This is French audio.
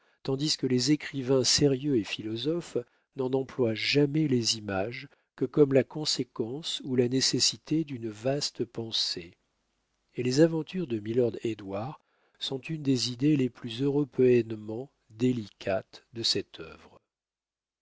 tandis que les écrivains sérieux et philosophes n'en emploient jamais les images que comme la conséquence ou la nécessité d'une vaste pensée et les aventures de milord édouard sont une des idées les plus européennement délicates de cette œuvre